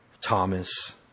thomas